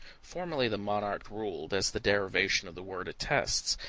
formerly the monarch ruled, as the derivation of the word attests,